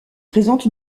présente